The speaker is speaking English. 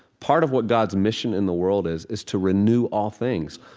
part of what god's mission in the world is is to renew all things.